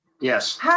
Yes